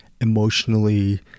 emotionally